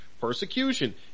persecution